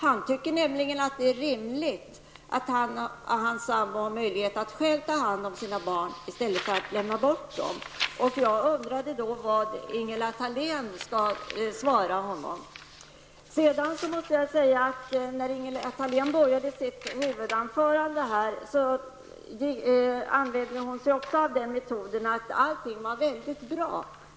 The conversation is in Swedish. Han tycker nämligen att det är rimligt att han och hans sambo har möjlighet att själva ta hand om sina barn i stället för att lämna bort dem. Jag undrade vad Ingela Thalén skall svara honom. I början av sitt huvudanförande använde Ingela Thalén metoden att säga att allting var väldigt bra.